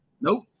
nope